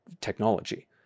technology